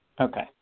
Okay